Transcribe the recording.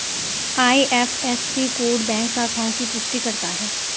IFSC code bank शाखाओं की पुष्टि करता है